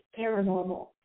paranormal